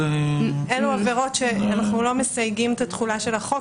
אלו עבירות שאנחנו לא מסייגים את התחולה של החוק,